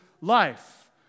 life